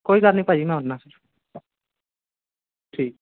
ਕੋਈ ਗੱਲ ਨਹੀਂ ਭਾਅ ਜੀ ਮੈਂ ਆਉਂਦਾ ਠੀਕ